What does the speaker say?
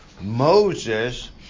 Moses